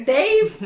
Dave